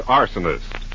arsonist